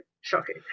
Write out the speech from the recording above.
Shocking